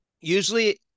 usually